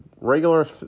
regular